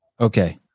Okay